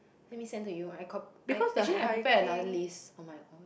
let me send to you I cop~ I I actually I prepare another list on my own